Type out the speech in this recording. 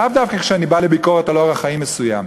לאו דווקא כשאני בא לביקורת על אורח חיים מסוים,